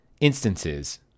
instances